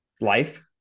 Life